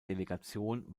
delegation